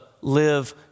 live